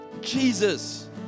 Jesus